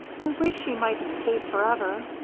i wish she might have stayed forever.